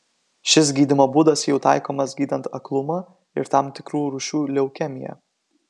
šis gydymo būdas jau taikomas gydant aklumą ir tam tikrų rūšių leukemiją